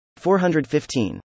415